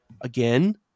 again